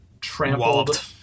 trampled